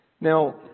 Now